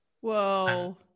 Whoa